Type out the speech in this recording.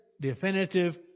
definitive